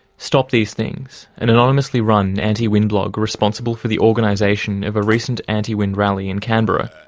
stop these things, an anonymously run anti-wind blog responsible for the organisation of a recent anti-wind rally in canberra,